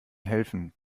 helfen